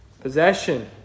possession